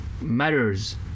matters